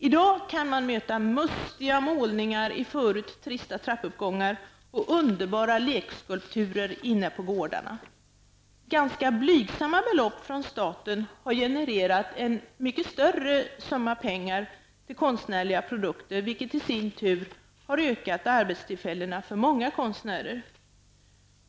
I dag kan man möta mustiga målningar i förut trista trappuppgångar och underbara lekskulpturer inne på gårdarna. Ganska blygsamma belopp från staten har genererat en mycket större ström av pengar till konstnärliga produkter, vilket i sin tur har ökat arbetstillfällena för många konstnärer.